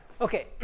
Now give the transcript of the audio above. Okay